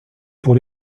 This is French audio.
pour